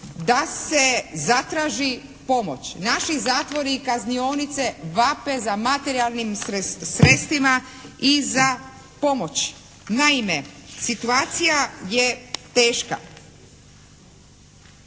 da se zatraži pomoć. Naši zatvori i kaznionice vape za materijalnim sredstvima i za pomoći. Naime situacija je teška.